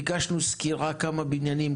ביקשנו סקירה על כמה בניינים,